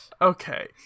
Okay